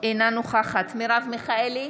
אינה נוכחת מרב מיכאלי,